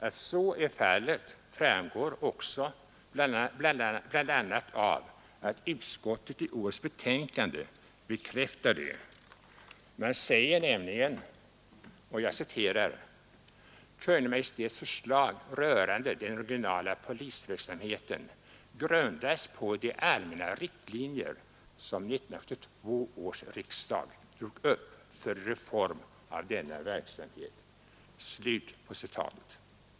Att så är fallet framgår också bl.a. av årets betänkande där utskottet bekräftar detta. Där säges nämligen: ”Kungl. Maj:ts förslag rörande den regionala polisverksamheten grundas på de allmänna riktlinjer som 1972 års riksdag drog upp för en reform av denna verksamhet.